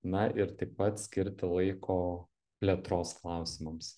na ir taip pat skirti laiko plėtros klausimams